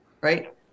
right